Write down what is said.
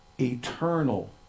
eternal